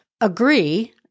agree